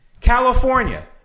California